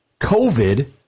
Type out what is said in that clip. COVID